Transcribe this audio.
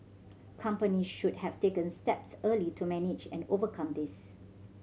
company should have taken steps early to manage and overcome this